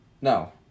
No